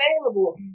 available